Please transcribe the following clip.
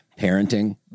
parenting